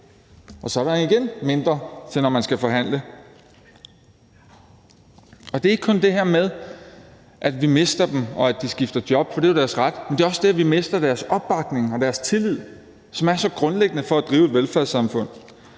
Og så er der igen mindre, til når man skal forhandle. Og det er ikke kun det her med, at vi mister dem, og at de skifter job, for det er jo deres ret. Men det er også det, at vi mister deres opbakning og deres tillid, som er så grundlæggende for at drive et velfærdssamfund.